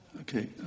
Okay